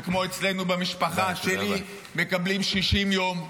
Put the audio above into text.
וכמו אצלנו במשפחה שלי מקבל 60 יום,